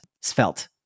Svelte